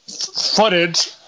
footage